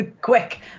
quick